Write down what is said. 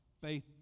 faith